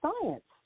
science